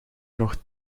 nog